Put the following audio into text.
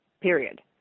period